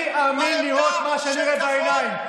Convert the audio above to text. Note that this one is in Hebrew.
אני אאמין למה שאני אראה בעיניים,